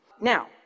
Now